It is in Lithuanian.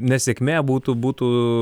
nesėkmė būtų būtų